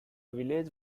village